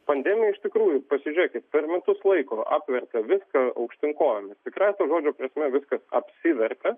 pandemija iš tikrųjų pasižiūrėkit per metus laiko apvertė viską aukštyn kojomis tikrąja to žodžio prasme viskas apsivertė